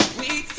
we